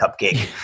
cupcake